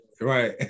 right